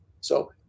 So-